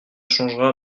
changera